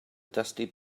dusty